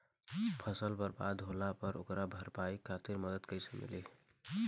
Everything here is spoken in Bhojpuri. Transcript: फसल बर्बाद होला पर ओकर भरपाई खातिर मदद कइसे मिली?